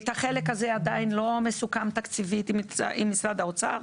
החלק הזה עדיין לא מסוכם תקציבית עם משרד האוצר.